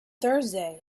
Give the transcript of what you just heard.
thursday